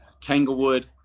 tanglewood